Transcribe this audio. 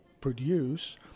produce